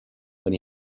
when